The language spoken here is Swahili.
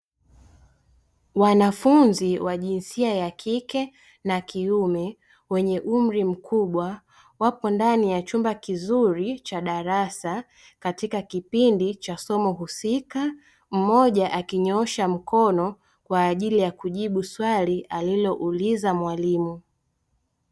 Wanafunzi wa jinsia ya kike na kiume wenye umri mkubwa wapo ndani ya chumba kizuri cha darasa katika kipindi cha somo husika mmoja akinyoosha mkono kwa ajili ya kujibu swali alilouliza mwalimu.